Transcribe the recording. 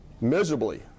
miserably